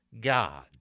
God